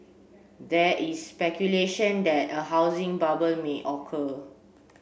there is speculation that a housing bubble may occur